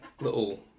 little